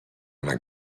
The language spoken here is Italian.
una